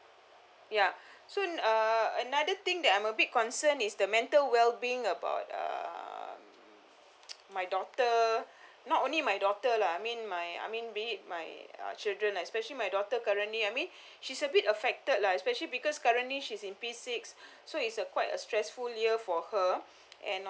ya so uh another thing that I'm a bit concerned is the mental well being about uh my daughter not only my daughter lah I mean my I mean be it my uh children especially my daughter currently I mean she's a bit affected lah especially because currently she's in P_six so it's a quite a stressful year for her and